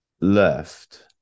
left